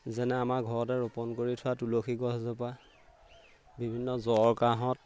যেনে আমাৰ ঘৰতে ৰোপণ কৰি থোৱা তুলসী গছজোপা বিভিন্ন জ্বৰ কাঁহত